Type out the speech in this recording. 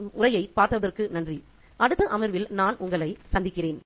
எனது உரையை பார்த்ததற்கு நன்றி அடுத்த அமர்வில் நான் உங்களைப் சந்திக்கிறேன்